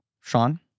Sean